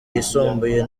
yisumbuye